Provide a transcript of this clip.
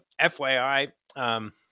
FYI